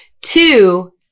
two